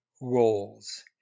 roles